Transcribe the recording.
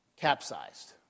capsized